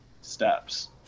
steps